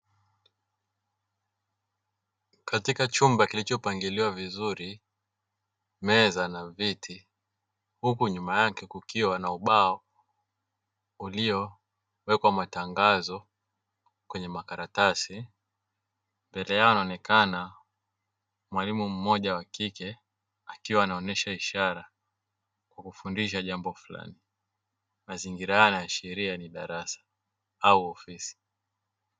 Katika chumba kilichopangiliwa vizuri meza na viti huku nyuma yake kukiwa na ubao uliowekwa matangazo kwenye makaratasi, mbele yao anaonekana mwalimu mmoja wa kike akiwa anaonyesha ishara kufundisha jambo fulani; mazingira haya yanaashiria ni darasa au ofisi .